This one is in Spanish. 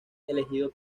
elegido